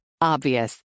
Obvious